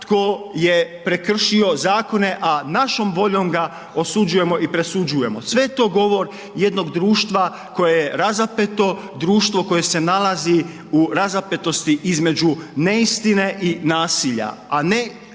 tko je prekršio zakone, a našom voljom ga osuđujemo i presuđujemo. Sve je to govor jednog društva koje je razapeto, društvo koje se nalazi u razapetosti između neistine i nasilja, a ne